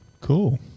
Cool